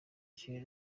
kiri